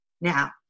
now